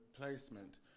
placement